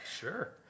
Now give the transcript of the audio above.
Sure